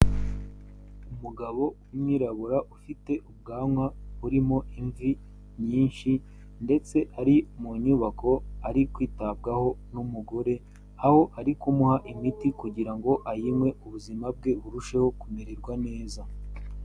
Umugabo w'umwirabura ufite ubwanwa burimo imvi nyinshi ndetse ari mu nyubako ari kwitabwaho n'umugore, aho ari kumuha imiti kugira ngo ayinywe ubuzima bwe burusheho kumererwa neza.